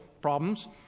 problems